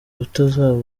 utazaba